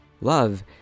love